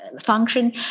function